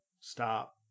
Stop